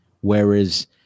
Whereas